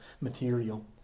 material